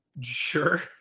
sure